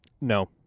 no